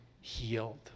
healed